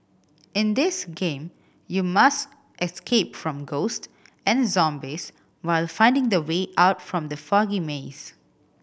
in this game you must escape from ghost and zombies while finding the way out from the foggy maze